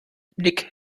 nick